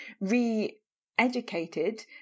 re-educated